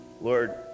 Lord